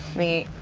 me,